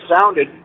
sounded